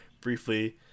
briefly